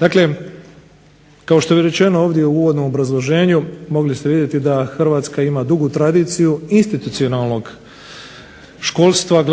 Dakle, kao što je rečeno ovdje u uvodnom obrazloženju mogli ste vidjeti da Hrvatska ima dugu tradiciju institucionalnog školstva,